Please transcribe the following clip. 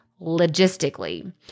logistically